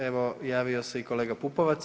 Evo javio se i kolega Pupovac.